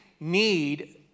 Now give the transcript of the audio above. need